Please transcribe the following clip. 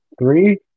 Three